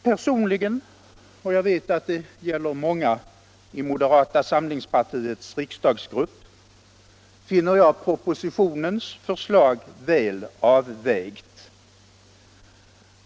Personligen — och jag vet att det gäller många i moderata samlingspartiets riksdagsgrupp - finner jag propositionens förslag väl avvägt.